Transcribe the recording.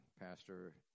pastor